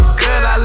good